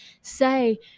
say